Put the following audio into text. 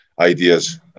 ideas